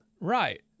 Right